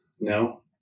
No